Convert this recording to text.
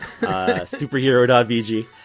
superhero.vg